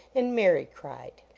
and mary cried.